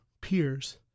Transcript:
peers